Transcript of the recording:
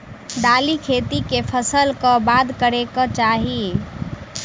दालि खेती केँ फसल कऽ बाद करै कऽ चाहि?